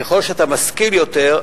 שככל שאתה משכיל יותר,